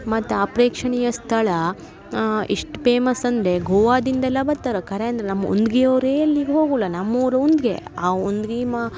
ಮತ್ತು ಆ ಪ್ರೇಕ್ಷಣೀಯ ಸ್ಥಳ ಎಷ್ಟು ಪೇಮಸ್ ಅಂದರೆ ಗೋವಾದಿಂದೆಲ್ಲ ಬರ್ತಾರೆ ಕರೇ ಅಂದ್ರ ನಮ್ಮ ಉನ್ಗಿಯವ್ರೇ ಅಲ್ಲಿಗೆ ಹೋಗುಲ್ಲ ನಮ್ಮ ಊರು ಉನ್ಗೆ ಆ ಉನ್ಗಿ ಮಾ